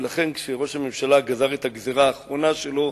ולכן, כשראש הממשלה גזר את הגזירה האחרונה שלו,